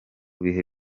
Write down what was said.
bihe